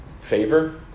favor